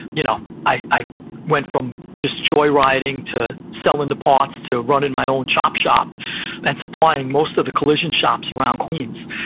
you know i went from just joyriding to selling the parts to running my own chop shop and supplying most of the collision shops around queens.